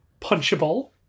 punchable